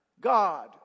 God